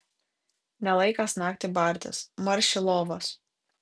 ne laikas naktį bartis marš į lovas